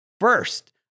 first